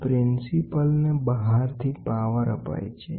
અને પ્રિન્સિપલને બહારથી પાવર અપાય છે